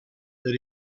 that